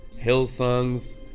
hillsongs